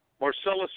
Marcellus